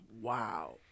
Wow